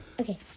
Okay